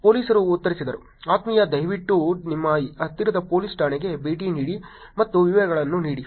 ಪೊಲೀಸರು ಉತ್ತರಿಸಿದರು ಆತ್ಮೀಯ ದಯವಿಟ್ಟು ನಿಮ್ಮ ಹತ್ತಿರದ ಪೊಲೀಸ್ ಠಾಣೆಗೆ ಭೇಟಿ ನೀಡಿ ಮತ್ತು ವಿವರಗಳನ್ನು ನೀಡಿ